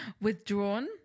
Withdrawn